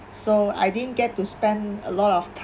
so I didn't get to spend a lot of time